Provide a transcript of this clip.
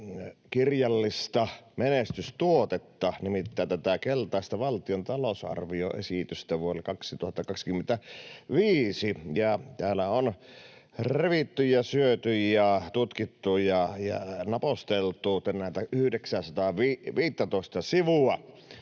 kirjallista menestystuotetta, nimittäin tätä keltaista valtion talousarvioesitystä vuodelle 2025, ja täällä on revitty ja syöty ja tutkittu ja naposteltu näitä 915 sivua